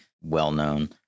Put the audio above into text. well-known